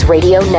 Radio